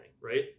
Right